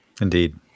Indeed